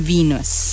Venus